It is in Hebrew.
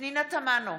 פנינה תמנו,